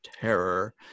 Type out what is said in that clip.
Terror